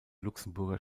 luxemburger